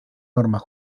normas